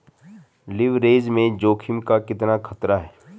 Leverage में जोखिम का कितना खतरा है?